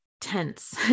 tense